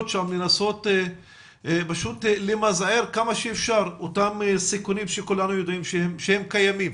לנסות פשוט למזער כמה שאפשר את אותם סיכונים שכולנו יודעים שהם קיימים